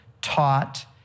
taught